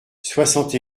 soixante